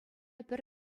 пӗр